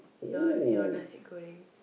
your your nasi-goreng